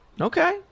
Okay